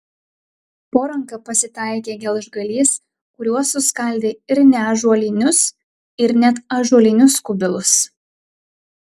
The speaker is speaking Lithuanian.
po ranka pasitaikė gelžgalys kuriuo suskaldė ir neąžuolinius ir net ąžuolinius kubilus